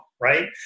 right